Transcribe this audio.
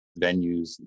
venues